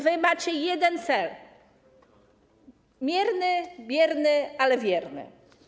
Wy macie jeden cel: mierny, bierny, ale wierny.